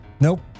Nope